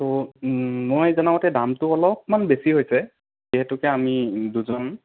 ত' মই জনামতে দামটো অলপমান বেছি হৈছে যিহেতুকে আমি দুজন